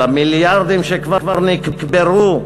על המיליארדים שכבר נקברו באדמה.